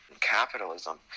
capitalism